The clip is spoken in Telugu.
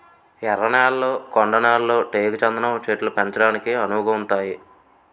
ఎర్ర నేళ్లు కొండ నేళ్లు టేకు చందనం చెట్లను పెంచడానికి అనువుగుంతాయి